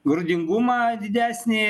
grūdingumą didesnį